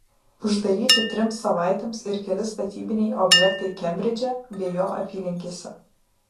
uždaryti trims savaitėms ir keli statybiniai objektai kembridže bei jo apylinkėse